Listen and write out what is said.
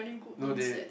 no they